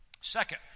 Second